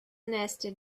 nasty